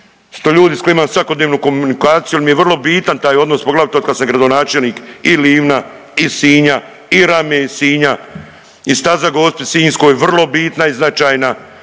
što ljudi s kojima imam svakodnevnu komunikaciju jel mi je vrlo bitan taj odnos poglavito od kada sam gradonačelnik i Livna i Sinja i Rame i Sinja i staza Gospi Sinjskoj vrlo bitna i značajna